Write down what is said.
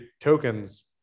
tokens